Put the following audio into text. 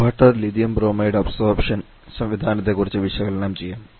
ഒരു water lithium bromide absorption സംവിധാനത്തെക്കുറിച്ച് വിശകലനം ചെയ്യാം